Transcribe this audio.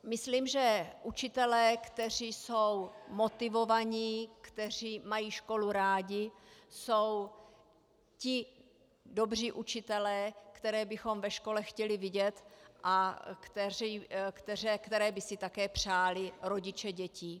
Myslím, že učitelé, kteří jsou motivovaní, kteří mají školu rádi, jsou ti dobří učitelé, které bychom ve škole chtěli vidět a které by si také přáli rodiče dětí.